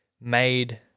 made